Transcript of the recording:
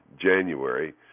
January